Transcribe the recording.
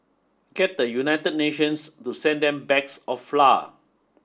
get the United Nations to send them bags of flour